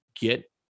get